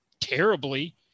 terribly